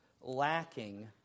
lacking